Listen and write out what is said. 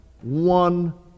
one